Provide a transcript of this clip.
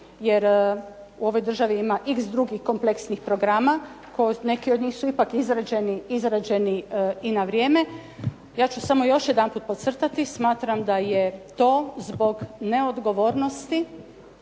jer u ovoj državi ima iks drugih kompleksnih programa, neki su od njih ipak izrađeni na vrijeme. Ja ću samo još jedanput podcrtati smatram da je to zbog neodgovornosti